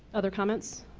other comments?